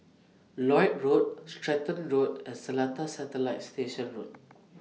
Lloyd Road Stratton Road and Seletar Satellite Station Road